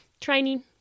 training